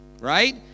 right